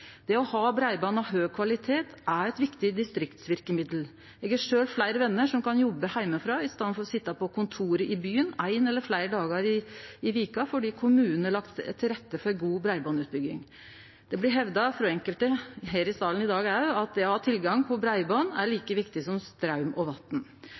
Det å ha breiband av høg kvalitet er eit viktig distriktsverkemiddel. Eg har sjølv fleire vener som kan jobbe heimanfrå, i staden for å sitje på kontoret i byen, ein eller fleire dagar i veka fordi kommunen har lagt til rette for god breibandutbygging. Det blir hevda frå enkelte – òg her i salen i dag – at det å ha tilgang på breiband er